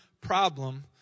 problem